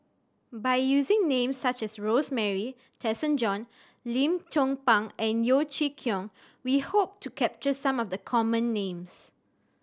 by using names such as Rosemary Tessensohn Lim Chong Pang and Yeo Chee Kiong we hope to capture some of the common names